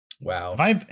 Wow